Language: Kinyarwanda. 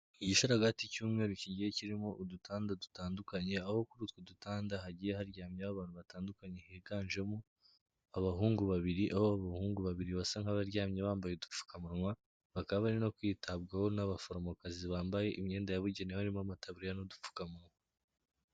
Igisharagati cy'umweru kigiye kirimo udutanda dutandukanye aho kuri utwo dutanda hagiye haryamyeho abantu batandukanye, higanjemo abahungu babiri aho abahungu babiri basa nk'abaryamye bambaye udupfukamunwa. Bakaba barimo kwitabwaho n'abaforomokazi bambaye imyenda yabugenewe harimo amataburiya n'udupfukamunwa.